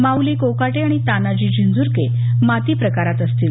माऊली कोकाटे आणि तानाजी झिंझूरके माती प्रकारात असतील